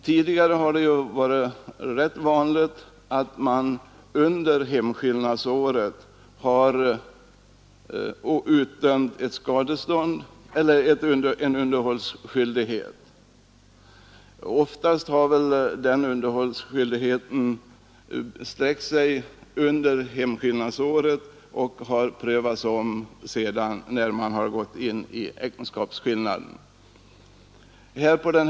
Tidigare har det varit rätt vanligt att man utdömt en underhållsskyldighet under hemskillnadsåret. Underhållsskyldigheten har sedan omprövats när äktenskapsskillnaden inträtt.